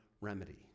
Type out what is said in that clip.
remedy